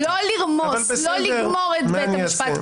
לא לגמור את בית המשפט.